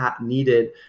needed